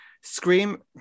Scream